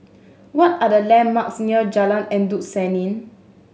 what are the landmarks near Jalan Endut Senin